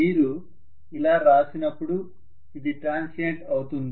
మీరు ఇలా రాసినప్పుడు ఇది ట్రాన్సియెంట్ అవుతుంది